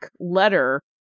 letter